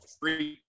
free